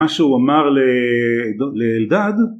מה שהוא אמר לאלדד